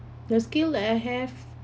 the skill I have